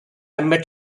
met